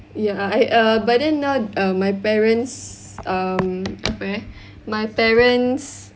ya I err but then now uh my parents um apa eh my parents